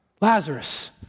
Lazarus